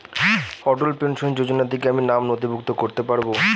অটল pension যোজনাতে কি আমি নাম নথিভুক্ত করতে পারবো?